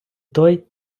той